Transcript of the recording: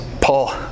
Paul